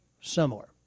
similar